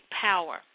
power